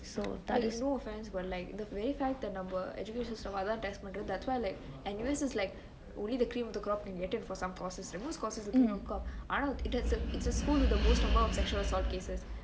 !hey! no offence but like the very fact that நம்ம:namme education system அதா:athaa test பன்ரது:panruthu that's why N_U_S is like only the cream of the corp for some courses ஆனா:aana it's the school with the worst of all sexual assault cases